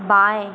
बाएं